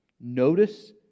Notice